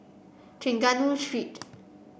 Trengganu Street